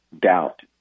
doubt